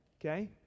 okay